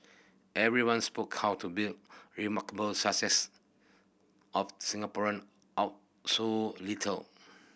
everyone spoke how to built remarkable success of Singaporean out so little